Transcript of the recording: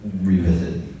revisit